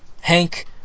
Hank